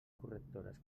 correctores